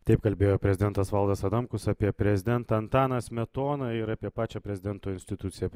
taip kalbėjo prezidentas valdas adamkus apie prezidentą antaną smetoną ir apie pačią prezidento instituciją